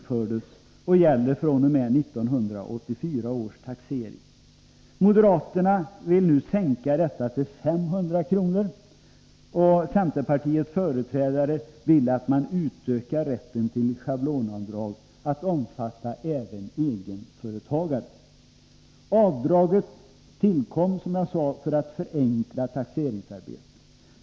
fr.o.m. 1984 års taxering. Moderaterna vill nu sänka detta till 500 kr., och centerpartiets företrädare vill att man utökar rätten till schablonavdrag till att omfatta även egenföretagare. Avdraget tillkom, som jag sade, för att förenkla taxeringsarbetet.